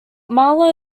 marlow